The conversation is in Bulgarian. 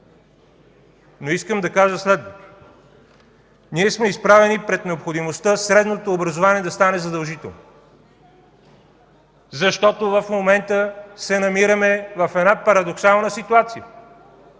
Но искам да кажа следното – ние сме изправени пред необходимостта средното образование да стане задължително, защото в момента се намираме в една парадоксална ситуация